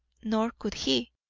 nor could he,